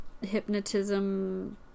hypnotism